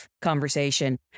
conversation